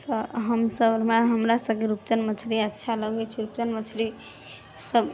हमसब हमरा सबके रूपचन्द मछली अच्छा लगै छै रूपचन्द मछली सब